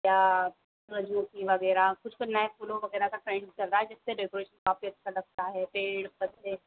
या वगैरह कुछ कुछ नए फूलों वगैरह का ट्रेंड चल रहा है जिसमे डेकोरेशन काफी अच्छा लगता है पेड़ पत्ते